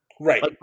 Right